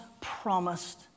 promised